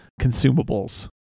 consumables